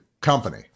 company